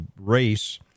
race